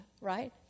right